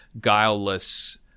guileless